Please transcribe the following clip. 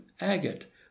agate